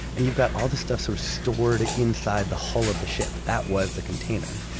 and you've got all this stuff sort of stored inside the hull of the ship. that was the container.